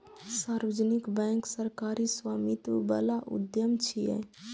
सार्वजनिक बैंक सरकारी स्वामित्व बला उद्यम छियै